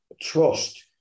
trust